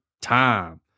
time